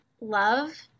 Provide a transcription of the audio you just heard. love